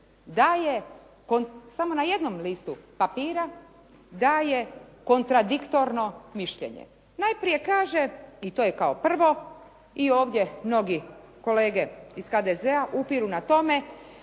daje samo na jednom listu papira, daje kontradiktorno mišljenje. Najprije kaže, i to je kao prvo, i ovdje mnogi kolege iz HDZ-a upiru na tome